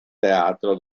teatro